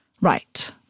Right